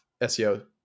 SEO